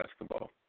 basketball